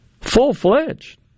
full-fledged